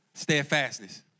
steadfastness